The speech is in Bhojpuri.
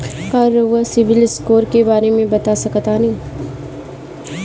का रउआ सिबिल स्कोर के बारे में बता सकतानी?